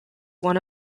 one